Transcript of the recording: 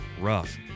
rough